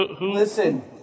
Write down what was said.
Listen